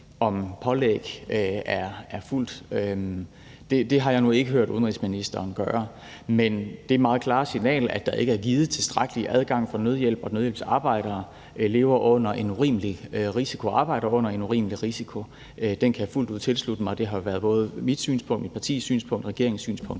om pålæg er fulgt, har jeg nu ikke hørt udenrigsministeren gøre. Men det meget klare signal, at der ikke er givet tilstrækkelig adgang for nødhjælp, og at nødhjælpsarbejdere arbejder under en urimelig risiko, kan jeg fuldt ud tilslutte mig. Det har været både mit synspunkt, mit partis synspunkt og regeringens synspunkt